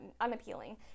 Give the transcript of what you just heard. unappealing